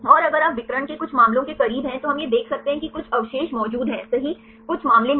और अगर आप विकर्ण के कुछ मामलों के करीब हैं तो हम यह देख सकते हैं कि कुछ अवशेष मौजूद हैं सही कुछ मामले नहीं